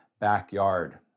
backyard